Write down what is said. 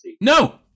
No